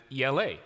ELA